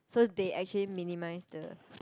so they actually minimize the